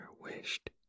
wished